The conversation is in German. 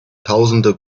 tausende